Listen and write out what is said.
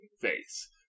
face